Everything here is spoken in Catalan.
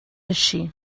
així